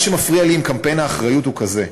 מה שמפריע לי בקמפיין האחריות הוא זה: